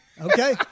Okay